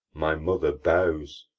my mother bows,